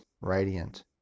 radiant